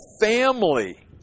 family